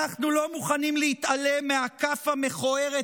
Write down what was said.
אנחנו לא מוכנים להתעלם מהכף המכוערת